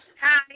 Hi